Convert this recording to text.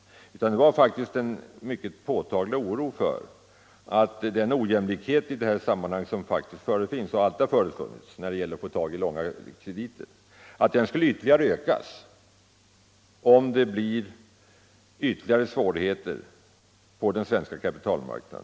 Det var att ge uttryck för en mycket påtaglig oro för att den ojämlikhet i det här sammanhanget, som förefinns och alltid har förefunnits när det gäller att få tag i långa krediter, skulle ytterligare ökas om det blir ännu större svårigheter på den svenska kapitalmarknaden.